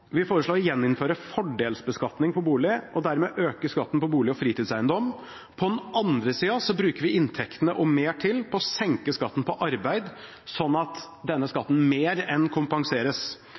Vi foreslår å gjeninnføre fordelsbeskatning på bolig, og dermed øke skatten på bolig og fritidseiendom. På den andre sida bruker vi inntektene – og mer til – på å senke skatten på arbeid, slik at denne skatten mer enn kompenseres.